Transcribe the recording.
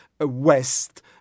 West